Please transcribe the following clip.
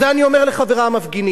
זה אני אומר לחברי המפגינים.